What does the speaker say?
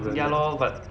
ya lor but